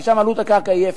כי שם עלות הקרקע היא אפס.